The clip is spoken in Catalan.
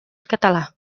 català